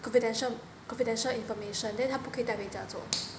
confidential confidential information then 他不可以带回家做